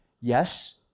Yes